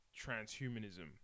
Transhumanism